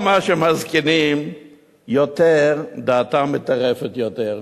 כל זמן שמזקינים יותר דעתם מיטרפת יותר.